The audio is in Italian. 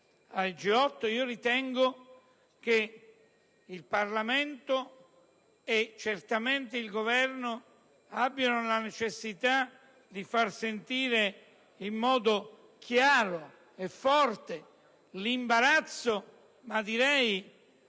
G8, ritengo che il Parlamento e certamente il Governo abbiano la necessità di far sentire, in modo chiaro e forte, l'imbarazzo e